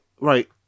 Right